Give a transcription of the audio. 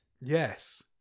Yes